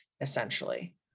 essentially